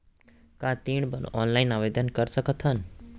का ऋण बर ऑनलाइन आवेदन कर सकथन?